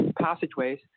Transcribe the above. passageways